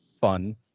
fun